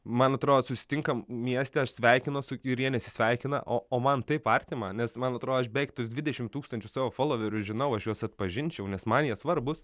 man atrodo susitinkam mieste aš sveikinuos ir jie nesisveikina o o man taip artima nes man atrodo aš beveik tuos dvidešimt tūkstančių savo foloverių žinau aš juos atpažinčiau nes man jie svarbūs